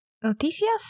¿Noticias